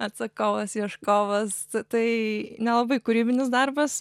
atsakovas ieškovas tai nelabai kūrybinis darbas